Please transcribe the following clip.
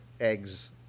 eggs